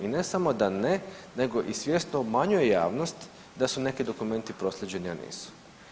I ne samo da ne nego i svjesno obmanjuje javnost da su neki dokumenti proslijeđeni, a nisu.